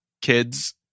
kids